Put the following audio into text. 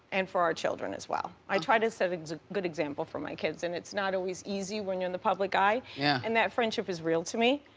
and for our children as well. i try to set a good example for my kids, and it's not always easy when you're in the public eye. yeah. and that friendship is real to me.